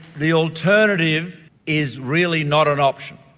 the alternative is really not an option.